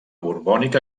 borbònic